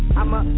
I'ma